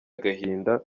agahinda